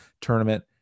tournament